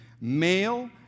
Male